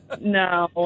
No